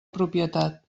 propietat